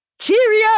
Cheerio